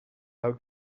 how